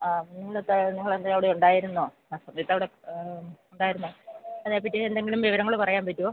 ആ മുന്നിലത്തെ നിങ്ങൾ അതിൻ്റെ അവിടെ ഉണ്ടായിരുന്നോ അപ്പം ഇത് അവിടെ ഉണ്ടായിരുന്നോ അതെ പറ്റി എന്തെങ്കിലും വിവരങ്ങൾ പറയാൻ പറ്റുമോ